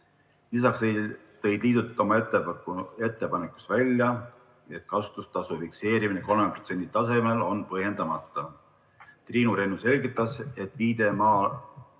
Lisaks tõid liidud oma ettepanekus välja, et kasutustasu fikseerimine 3% tasemel on põhjendamata. Triinu Rennu selgitas, et viide